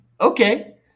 okay